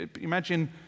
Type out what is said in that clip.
imagine